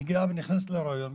מגיעה, נכנסת לראיון.